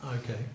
Okay